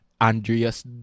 Andrea's